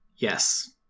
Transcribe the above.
Yes